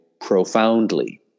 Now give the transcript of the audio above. profoundly